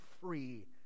free